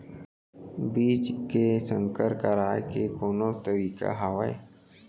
बीज के संकर कराय के कोनो तरीका हावय?